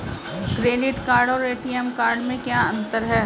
Credit card और ATM card में क्या अंतर है?